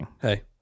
Hey